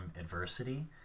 adversity